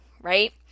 right